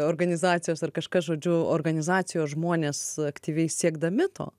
organizacijos ar kažkas žodžiu organizacijos žmonės aktyviai siekdami to